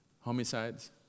homicides